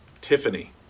Tiffany